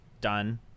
done